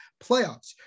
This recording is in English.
playoffs